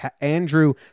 andrew